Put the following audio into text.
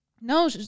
No